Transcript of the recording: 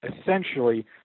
essentially